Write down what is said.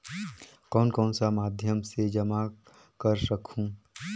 कौन कौन सा माध्यम से जमा कर सखहू?